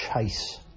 chase